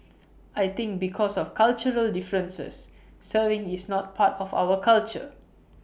I think because of cultural differences serving is not part of our culture